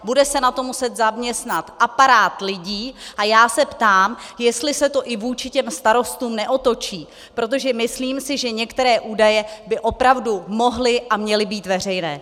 Bude se na to muset zaměstnat aparát lidí, A já se ptám, jestli se to i vůči starostům neotočí, protože si myslím, že některé údaje by opravdu mohly a měly být veřejné.